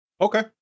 Okay